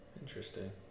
Interesting